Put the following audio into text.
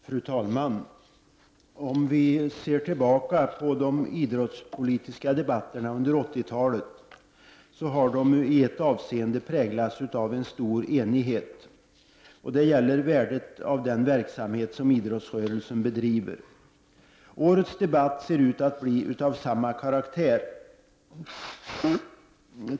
Fru talman! Om vi ser tillbaka på de idrottspolitiska debatterna under 80 talet, finner vi att de i ett avseende har präglats av stor enighet. Det gäller värdet av den verksamhet som idrottsrörelsen bedriver. Årets debatt ser ut att bli av samma karaktär.